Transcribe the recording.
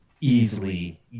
easily